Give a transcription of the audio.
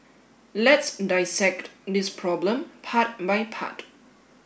let's dissect this problem part by part